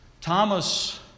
Thomas